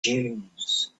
dunes